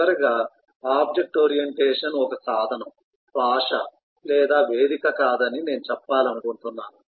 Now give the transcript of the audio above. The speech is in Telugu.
చివరగా ఆబ్జెక్ట్ ఓరియంటేషన్ ఒక సాధనం భాష లేదా వేదిక కాదని నేను చెప్పాలనుకుంటున్నాను